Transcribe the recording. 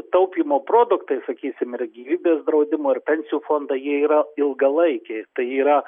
taupymo produktai sakysim ir gyvybės draudimo ir pensijų fondai jie yra ilgalaikiai tai yra